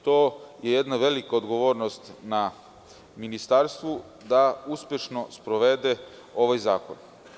Tu je jedna velika odgovornost na ministarstvu da uspešno sprovede ovaj zakon.